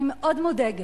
אני מאוד מודאגת,